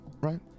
right